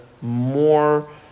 more